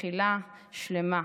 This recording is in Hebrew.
מכילה, שלמה,